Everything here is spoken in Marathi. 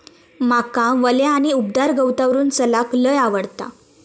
माका वल्या आणि उबदार गवतावरून चलाक लय आवडता